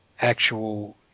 actual